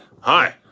Hi